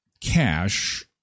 cash